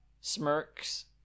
smirks